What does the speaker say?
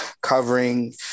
covering